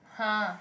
!huh!